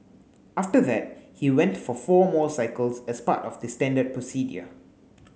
after that he went for four more cycles as part of the standard procedure